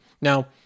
Now